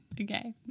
Okay